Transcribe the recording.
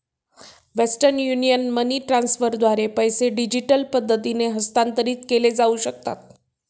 western union money ट्रान्स्फरद्वारे पैसे digital पद्धतीने हस्तांतरित केले जाऊ शकतात